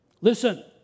Listen